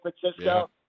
Francisco